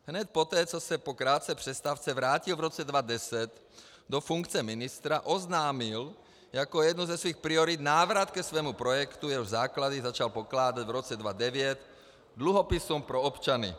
Hned poté, co se po krátké přestávce vrátil v roce 2010 do funkce ministra, oznámil jako jednu ze svých priorit návrat ke svému projektu, jehož základy začal pokládat v roce 2009 dluhopisům pro občany.